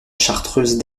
chartreuse